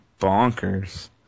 bonkers